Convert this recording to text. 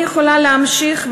אני יכולה להמשיך,